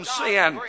sin